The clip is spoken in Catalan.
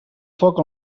foc